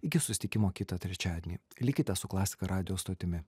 iki susitikimo kitą trečiadienį likite su klasika radijo stotimi